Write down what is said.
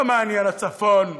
לא מעניין הצפון,